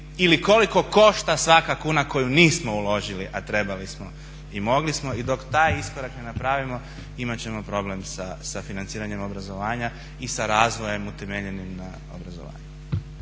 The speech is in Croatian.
ili koliko košta svaka kuna koju nismo uložili, a trebali smo i mogli smo. I dok taj iskorak ne napravimo imat ćemo problem sa financiranjem obrazovanja i sa razvojem utemeljenim na obrazovanju.